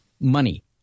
money